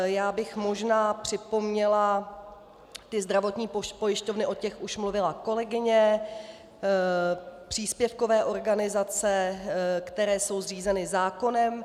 Já bych možná připomněla o zdravotních pojišťovnách už mluvila kolegyně příspěvkové organizace, které jsou zřízeny zákonem.